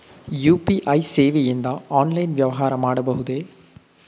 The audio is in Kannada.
ಯು.ಪಿ.ಐ ಸೇವೆಯಿಂದ ಆನ್ಲೈನ್ ವ್ಯವಹಾರ ಮಾಡಬಹುದೇ?